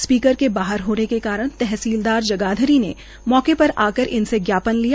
speaker के बाहर होने पर तहसीलदार जगाधरी ने मौके पर जाकर इनसे ज्ञापन लिया